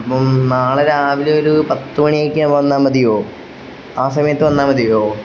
അപ്പം നാളെ രാവിലെ ഒരു പത്ത് മണിക്ക് വന്നാൽ മതിയോ ആ സമയത്ത് വന്നാൽ മതിയോ